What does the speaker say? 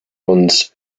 owns